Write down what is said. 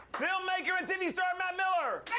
filmmaker and tv star matt miller!